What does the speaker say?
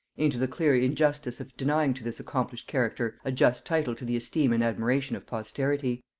into the clear injustice of denying to this accomplished character a just title to the esteem and admiration of posterity.